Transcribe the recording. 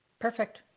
Perfect